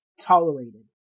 tolerated